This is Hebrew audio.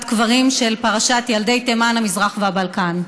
קברים של פרשת ילדי תימן המזרח והבלקן.